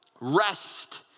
rest